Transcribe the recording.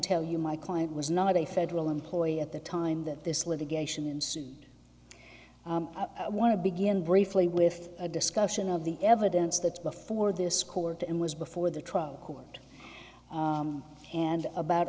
tell you my client was not a federal employee at the time that this litigation ensued i want to begin briefly with a discussion of the evidence that's before this court and was before the trial court and about